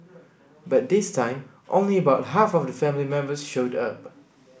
but this time only about half of the family members showed up